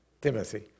Timothy